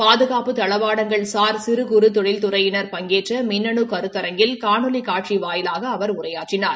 பாதுகாப்பு தளவாடங்கள்சார் சிறு குறு தொழில் துறையினர் பங்கேற்ற மின்னனு கருத்தரங்களில் காணொலி காட்சி வாயிலாக அவர் உரையாற்றினார்